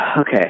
Okay